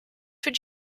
would